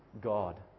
God